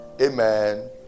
amen